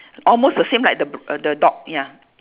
almost the same like the br~ the dog ya